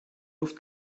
luft